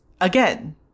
Again